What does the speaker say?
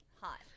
hot